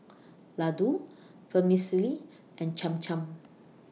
Ladoo Vermicelli and Cham Cham